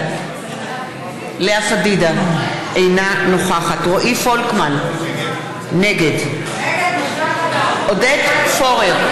פדידה אינה נוכחת רועי פולקמן, נגד עודד פורר,